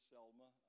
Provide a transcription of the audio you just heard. Selma